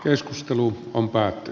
keskustelu on päätetty